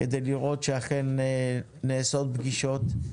כדי לראות שאכן נעשות פגישות.